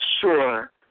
sure